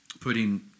putting –